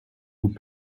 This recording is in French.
vous